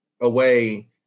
away